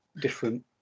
different